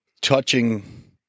touching